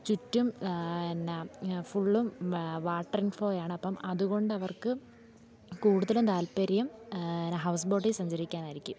ചുറ്റും എന്നാൽ ഫുള്ളും വാട്ടർ ഇൻഫ്ലോയാണ് അപ്പം അതുകൊണ്ടവർക്ക് കൂടുതലും താത്പര്യം ഹൗസ് ബോട്ടിൽ സഞ്ചരിക്കാനായിരിക്കും